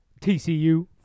TCU